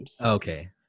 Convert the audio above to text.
Okay